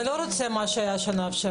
אתה לא רוצה את מה שהיה בשנה שעברה.